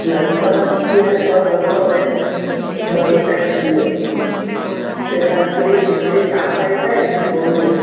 न ॿ जेकियूं आहिनि ॿ बराबरि आहिनि ॿ ई टाइट थी आहिनि तंहिं मां हिकिड़ी हिकिड़ी जाम टाइट आहे हिकिड़ी थोरी आहे